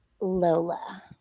Lola